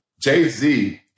Jay-Z